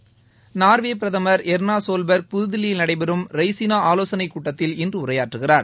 மூ நா்வே பிரதமர் எர்னாசோல்பெர்க் புதுதில்லியில் நடைபெறும் ரெய்ஸினா ஆவோசனைக் கூட்டத்தில் இன்று உரையாற்றுகிறார்